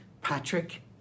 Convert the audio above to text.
Patrick